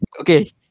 Okay